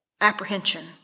apprehension